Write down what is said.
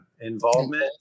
Involvement